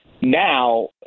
Now